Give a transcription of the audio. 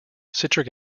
citric